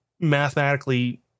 mathematically